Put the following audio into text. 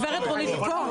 הגברת רונית פה?